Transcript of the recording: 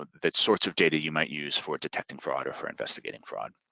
the sorts of data you might use for detecting fraud or for investigating fraud.